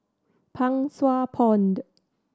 Pang Sua Pond